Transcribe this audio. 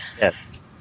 Yes